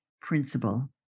principle